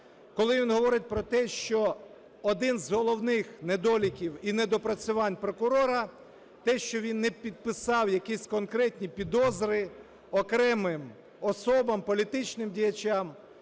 коли він говорить про те, що один з головних недоліків і недопрацювань прокурора те, що він не підписав якісь конкретні підозри окремим особам, політичним діячам.